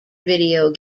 video